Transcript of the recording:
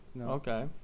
okay